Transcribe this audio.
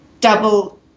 double